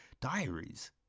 diaries